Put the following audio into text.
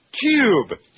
Cube